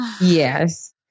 Yes